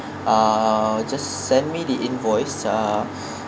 uh just sent me the invoice uh